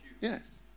Yes